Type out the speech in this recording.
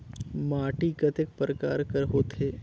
माटी कतेक परकार कर होथे?